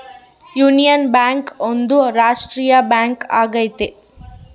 union bank ಒಂದು ರಾಷ್ಟ್ರೀಯ bank ಆಗೈತಿ